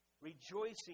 rejoicing